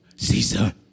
Caesar